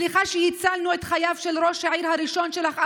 סליחה שהצלנו את חייו של ראש העיר הראשון שלך,